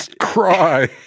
cry